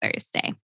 Thursday